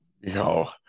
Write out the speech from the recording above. Yo